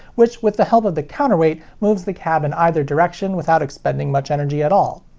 which with the help of the counterweight moves the cab in either direction without expending much energy at all.